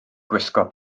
gwisgo